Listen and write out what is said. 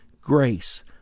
grace